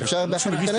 אפשר ב-13:00?